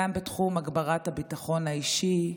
גם בתחום הגברת הביטחון האישי.